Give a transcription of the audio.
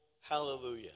hallelujah